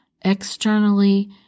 externally